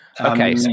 Okay